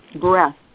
breath